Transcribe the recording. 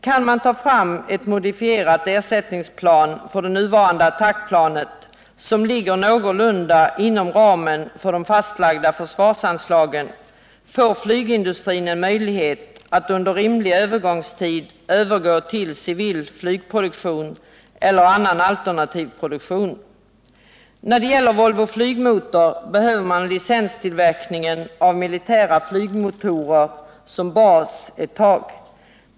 Kan man ta fram ett modifierat ersättningsplan för det nuvarande attackplanet som ligger någorlunda inom ramen för de fastlagda försvarsanslagen, får flygindustrin en möjlighet att under en rimlig övergångstid övergå till civil flygproduktion eller annan alternativ produktion. När det gäller Volvo Flygmotor behöver man licenstillverkningen av militära flygmotorer som bas en tid framöver.